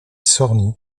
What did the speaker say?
sorny